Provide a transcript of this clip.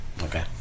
Okay